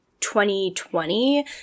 2020